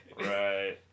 Right